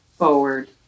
forward